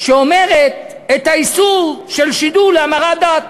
שאומרת את האיסור של שידול להמרת דת.